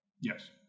Yes